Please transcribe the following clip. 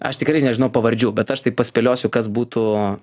aš tikrai nežinau pavardžių bet aš tik paspėliosiu kas būtų